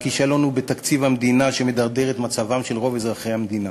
והכישלון הוא בתקציב המדינה שמדרדר את מצבם של רוב אזרחי המדינה,